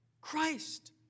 Christ